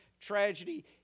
tragedy